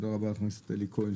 תודה חבר הכנסת אלי כהן,